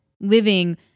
living